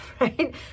right